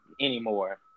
anymore